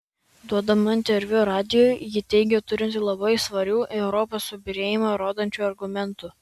duodama interviu radijui ji teigė turinti labai svarių europos subyrėjimą rodančių argumentų